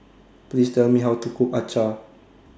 Please Tell Me How to Cook Acar